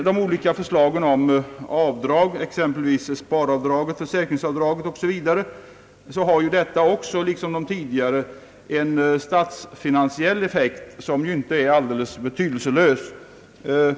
De olika förslagen om avdrag — sparavdrag, försäkringsavdrag osv. — har liksom de nyss nämnda en statsfinansiell effekt som inte är alldeles betydelselös.